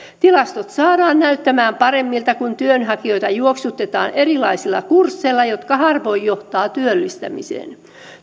tilastot saadaan näyttämään paremmilta kun työnhakijoita juoksutetaan erilaisilla kursseilla jotka harvoin johtavat työllistymiseen